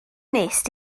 wnest